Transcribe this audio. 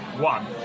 One